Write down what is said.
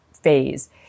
phase